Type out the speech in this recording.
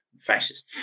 fascist